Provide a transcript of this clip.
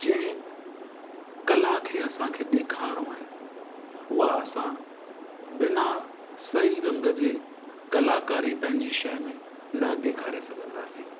जंहिं कला खे असांखे ॾेखारिणो आहे उहा असां बिना सही रंग जे कलाकारी पंहिंजी शइ में न ॾेखारे सघंदासीं